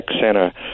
center